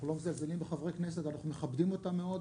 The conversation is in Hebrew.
אנחנו לא מזלזלים בחברי כנסת ואנחנו מכבדים אותם מאוד.